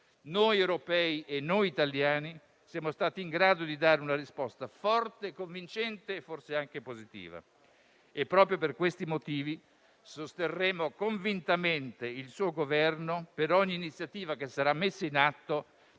noi europei e noi italiani siamo stati in grado di dare una risposta forte, convincente e forse anche positiva. Proprio per questi motivi, sosterremo convintamente il suo Governo per ogni iniziativa che sarà messa in atto